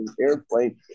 airplane